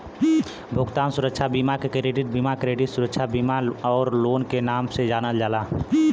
भुगतान सुरक्षा बीमा के क्रेडिट बीमा, क्रेडिट सुरक्षा बीमा आउर लोन के नाम से जानल जाला